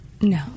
No